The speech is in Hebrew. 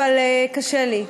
אבל קשה לי.